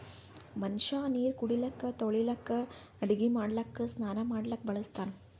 ಮನಷ್ಯಾ ನೀರು ಕುಡಿಲಿಕ್ಕ ತೊಳಿಲಿಕ್ಕ ಅಡಗಿ ಮಾಡ್ಲಕ್ಕ ಸ್ನಾನಾ ಮಾಡ್ಲಕ್ಕ ಬಳಸ್ತಾನ್